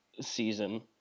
season